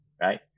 Right